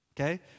Okay